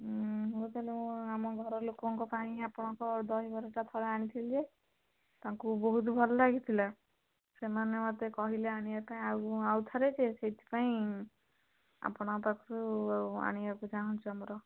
ହଉ ତା'ହେଲେ ଆମ ଘରଲୋକଙ୍କ ପାଇଁ ଆପଣଙ୍କ ଦହିବରାଟା ଥରେ ଆଣିଥିଲି ଯେ ତାଙ୍କୁ ବହୁତ ଭଲ ଲାଗିଥିଲା ସେମାନେ ମୋତେ କହିଲେ ଆଣିବା ପାଇଁ ଆଉ ଆଉଥରେ ଯେ ସେଇଥିପାଇଁ ଆପଣଙ୍କ ପାଖରୁ ଆଉ ଆଣିବାକୁ ଚାହୁଁଛୁ ଆମର